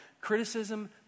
Criticism